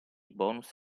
bonus